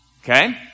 Okay